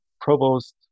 Provost